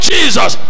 Jesus